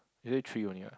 you say three only what